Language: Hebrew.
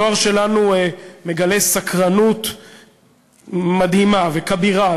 הנוער שלנו מגלה סקרנות מדהימה וכבירה,